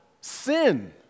sin